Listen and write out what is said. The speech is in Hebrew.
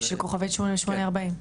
של *8840.